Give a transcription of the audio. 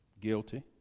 guilty